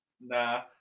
Nah